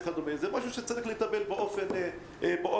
זה משהו שצריך לטפל בו באופן מיידי.